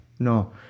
No